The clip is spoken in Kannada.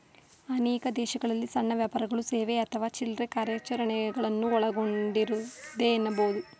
ಅನೇಕ ದೇಶಗಳಲ್ಲಿ ಸಣ್ಣ ವ್ಯಾಪಾರಗಳು ಸೇವೆ ಅಥವಾ ಚಿಲ್ರೆ ಕಾರ್ಯಾಚರಣೆಗಳನ್ನ ಒಳಗೊಂಡಿದೆ ಎನ್ನಬಹುದು